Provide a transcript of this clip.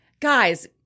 Guys